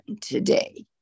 today